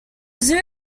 zoo